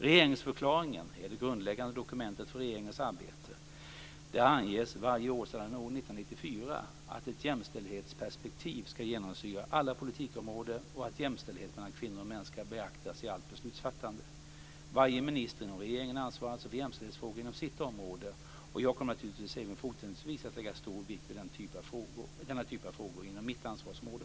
Regeringsförklaringen är det grundläggande dokumentet för regeringens arbete. Där anges varje år sedan år 1994 att ett jämställdhetsperspektiv ska genomsyra alla politikområden och att jämställdhet mellan kvinnor och män ska beaktas i allt beslutsfattande. Varje minister inom regeringen ansvarar alltså för jämställdhetsfrågor inom sitt område, och jag kommer naturligtvis även fortsättningsvis att lägga stor vikt vid denna typ av frågor inom mitt ansvarsområde.